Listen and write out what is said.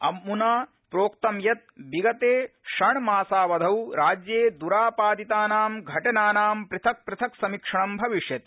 अमना प्रोक्त यत् विगते षण्मासावधौ राज्ये दरापादितानां घटनानां पृथक़ पृथक़ समीक्षणं भविष्यति